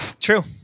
True